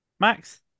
Max